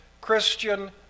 Christian